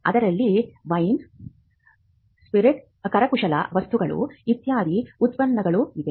ಅದರಲ್ಲಿ wine spirits ಕರಕುಶಲ ವಸ್ತುಗಳು ಇತ್ಯಾದಿ ಉತ್ಪನ್ನಗಳಿಗೆ